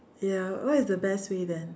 ya what is the best way then